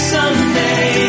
someday